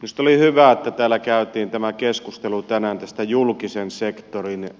minusta oli hyvä että täällä käytiin tämä keskustelu tänään julkisen sektorin